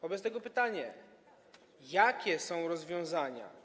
Wobec tego pytania: Jakie są tu rozwiązania?